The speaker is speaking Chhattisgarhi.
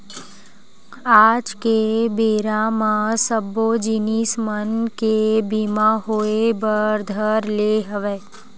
आज के बेरा म सब्बो जिनिस मन के बीमा होय बर धर ले हवय